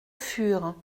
fur